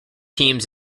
teams